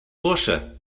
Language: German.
bursche